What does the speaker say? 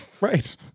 Right